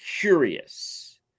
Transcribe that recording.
curious